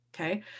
Okay